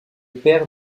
père